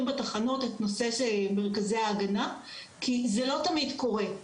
בתחנות את נושא מרכזי ההגנה כי זה לא תמיד קורה.